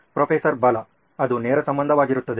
professor Bala ಅದು ನೇರ ಸಂಬಂಧವಾಗಿರುತ್ತದೆ